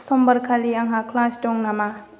समबारखालि आंहा क्लास दं नामा